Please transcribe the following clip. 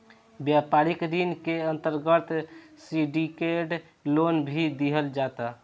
व्यापारिक ऋण के अंतर्गत सिंडिकेट लोन भी दीहल जाता